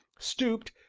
stooped,